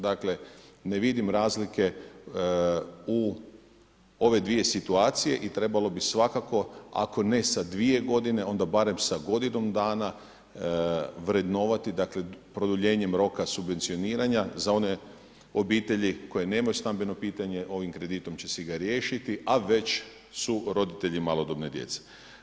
Dakle ne vidim razlike u ove dvije situacije i trebalo bi svakako, ako ne sa 2 godine, onda barem sa godinom dana vrednovati, dakle produljenjem roka subvencioniranja za one obitelji koji nemaju stambeno pitanje, ovim kreditom će si ga riješiti, a već su roditelji malodobne djece.